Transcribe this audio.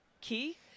key